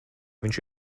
viņš